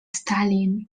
stalin